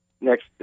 next